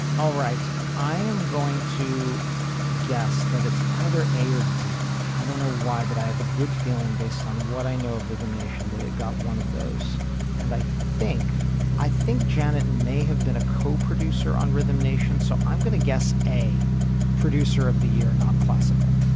all right i am going to guess that it's either a or d. i don't know why but i have a good feeling based on what i know of rhythm nation that got one of those and i think i think janet may have been a co producer on rhythm nation. so i'm going to guess a producer of the year non classical